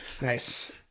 Nice